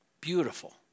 beautiful